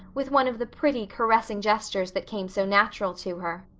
with one of the pretty, caressing gestures that came so natural to her.